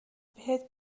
بهت